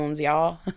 y'all